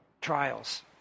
trials